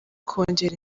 kongera